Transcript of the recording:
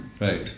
Right